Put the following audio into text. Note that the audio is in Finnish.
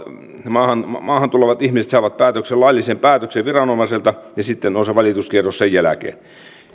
maahan maahan tulevat ihmiset saavat laillisen päätöksen viranomaisilta ja sitten on se valituskierros sen jälkeen